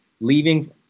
leaving